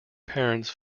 parents